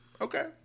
Okay